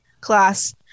class